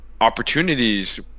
opportunities